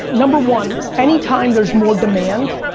number one, anytime there's more demand,